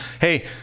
hey